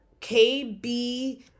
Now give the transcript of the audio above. KB